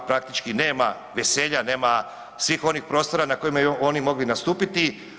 Praktički nema veselja, nema svih onih prostora na kojima bi oni mogli nastupiti.